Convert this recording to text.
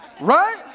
right